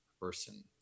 person